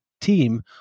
team